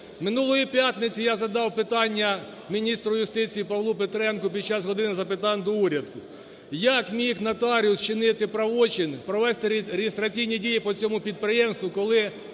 Минулої п'ятниці я задав питання міністру юстиції Павлу Петренку під час "години запитань до Уряду", як міг нотаріус вчинити правочин, провести реєстраційні дії по цьому підприємству, коли